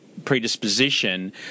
Predisposition